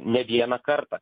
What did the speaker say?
ne vieną kartą